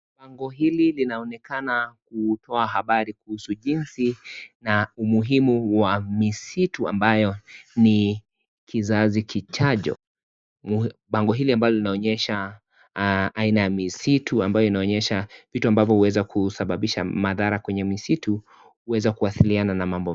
Bango hili linaonekana kutoa habari kuhusu jinsi na umuhimu wa misitu ambayo ni kizazi kijacho bango hili ambalo linaonyesha aina ya misitu ambayo inaonyesha vitu ambavyo uweza kusababisha madhara kwenye misitu uweza kuathiriana na mambo ,,,.